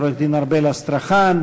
עורכת-הדין ארבל אסטרחן,